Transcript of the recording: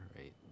right